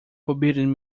forbidden